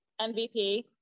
MVP